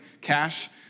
cash